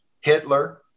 Hitler